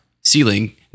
ceiling